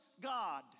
God